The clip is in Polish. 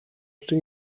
rzeczy